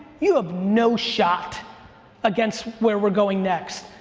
you have no shot against where we're going next.